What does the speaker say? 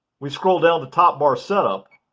we scroll down to top bar setup